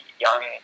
young